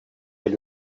est